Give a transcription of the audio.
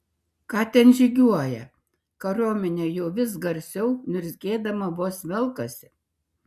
ką ten žygiuoja kariuomenė jau vis garsiau niurzgėdama vos velkasi